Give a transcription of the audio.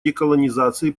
деколонизации